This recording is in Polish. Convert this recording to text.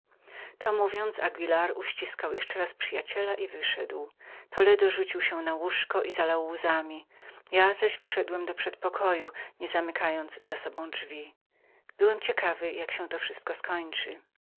to mówiąc anguilar uściskał jeszcze raz przyjaciela i wyszedł toledo rzucił się na łóżko zalewając się łzami ja zaś wyszedłem do przedpokoju ciekawy jak się to wszystko skończy